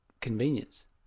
convenience